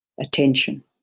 attention